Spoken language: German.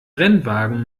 rennwagen